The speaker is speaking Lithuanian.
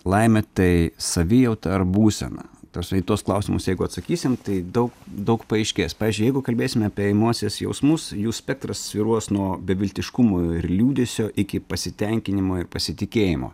laimė tai savijauta ar būsena ta prasme į tuos klausimus jeigu atsakysim tai daug daug paaiškės pavyzdžiui jeigu kalbėsime apie emocijas jausmus jų spektras svyruos nuo beviltiškumo ir liūdesio iki pasitenkinimo ir pasitikėjimo